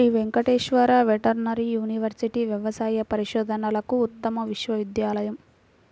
Shri Venkateswara veterinary university వ్యవసాయ పరిశోధనలకు ఉత్తమ విశ్వవిద్యాలయం